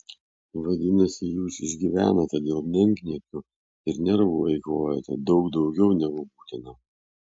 vadinasi jūs išgyvenate dėl menkniekių ir nervų eikvojate daug daugiau negu būtina